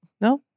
No